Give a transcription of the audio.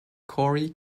cory